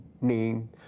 name